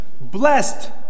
Blessed